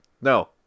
No